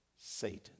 Satan